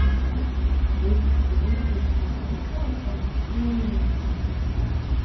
and this is usually the point where the poet starts to really make an interesting point.